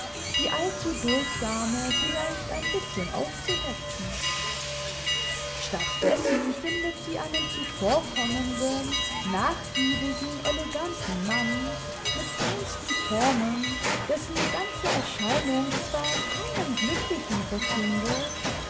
die allzuduldsame vielleicht ein bißchen aufzuhetzen statt dessen findet sie einen zuvorkommenden nachgiebigen eleganten mann mit feinsten formen dessen ganze erscheinung zwar keinen glücklichen verkündet